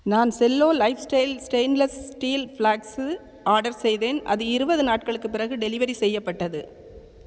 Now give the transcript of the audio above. நான் Cello lifestyle stainless steel flasks order செய்தேன் அது இருபது நாட்களுக்குப் பிறகு டெலிவரி செய்யப்பட்டது